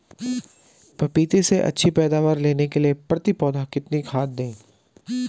पपीते से अच्छी पैदावार लेने के लिए प्रति पौधा कितनी खाद दें?